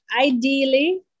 ideally